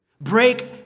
Break